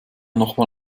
nochmal